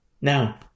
Now